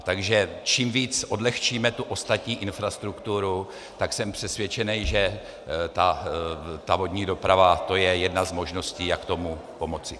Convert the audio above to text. Takže čím víc odlehčíme tu ostatní infrastrukturu, tak jsem přesvědčen, že ta lodní doprava je jedna z možností, jak tomu pomoci.